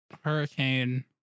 Hurricane